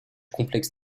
complexe